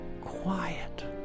quiet